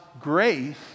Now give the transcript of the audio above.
grace